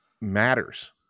matters